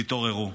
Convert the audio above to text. תתעוררו.